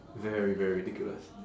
very very ridiculous